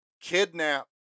kidnap